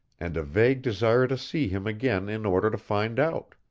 and a vague desire to see him again in order to find out.